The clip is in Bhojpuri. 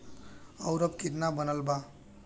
और अब कितना बनल बा?